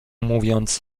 mówiąc